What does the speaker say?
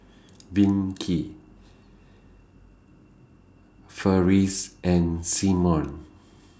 Vicky Ferris and Simeon